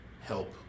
help